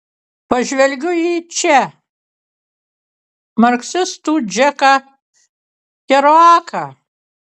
pažvelgiu į če marksistų džeką keruaką